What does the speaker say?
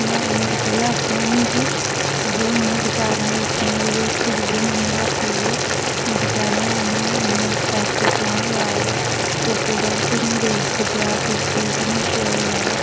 में मेरे कोला आपै नेई हे ते उ'नें बचैरें लोकें भी उस कुड़िये मम्मी भापे बी बचैरें इन्ने पैसे तुसें लोआए ते ओह् प्रोडक्ट इ'यां वेसट गेआ बिल्कुल बी निं च ओह् ऐ